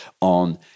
on